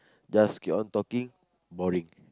just keep on talking boring